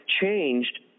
changed